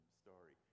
story